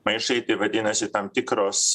maišai tai vadinasi tam tikros